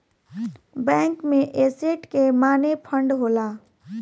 bank में asset के माने फंड होला